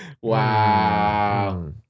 Wow